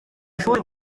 ishuri